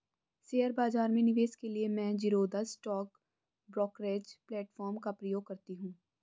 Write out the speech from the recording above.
share बाजार में निवेश के लिए मैं ज़ीरोधा स्टॉक ब्रोकरेज प्लेटफार्म का प्रयोग करती हूँ